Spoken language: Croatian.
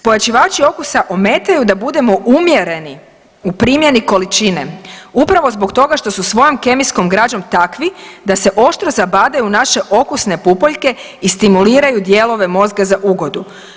Pojačivači okusa ometaju da budemo umjereni u primjeni količine upravo zbog toga što su svojom kemijskom građom takvi da se oštro zabadaju u naše okusne pupoljke i stimuliraju dijelove mozga za ugodu.